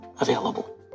available